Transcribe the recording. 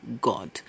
God